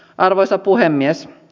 arvoisa puhemies